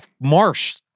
marsh